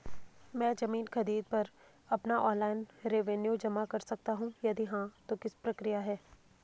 मैं ज़मीन खरीद पर अपना ऑनलाइन रेवन्यू जमा कर सकता हूँ यदि हाँ तो इसकी प्रक्रिया क्या है?